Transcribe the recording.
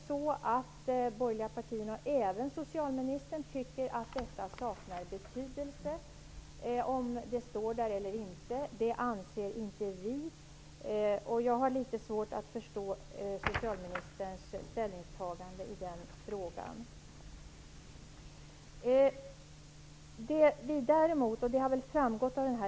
De borgerliga partierna och socialministern tycker uppenbarligen att det saknar betydelse om tillägget står där eller inte, vilket inte vi anser. Jag har litet svårt att förstå socialministerns ställningstagande i den frågan.